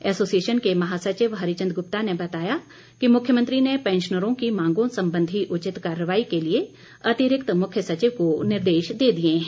association के महासचिव हरि चंद ग्रप्ता ने बताया कि मुख्यमंत्री ने पैंशनरों की मांगों संबंधी उचित कार्रवाई के लिए अतिरिक्त मुख्य सचिव को निर्देश दे दिए हैं